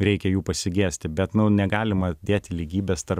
reikia jų pasigesti bet nu negalima dėti lygybės tarp